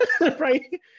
right